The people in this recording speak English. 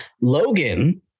Logan